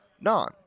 non